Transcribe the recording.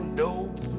dope